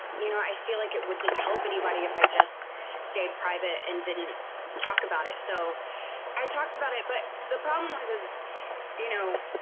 you know, i feel like it wouldn't help anybody if i just stayed private and didn't talk about it. so i talked about it. but the problem was, as you know,